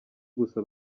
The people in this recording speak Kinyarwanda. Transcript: gusa